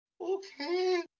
Okay